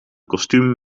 kostuum